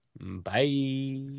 Bye